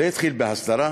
זה התחיל ב"הסדרה",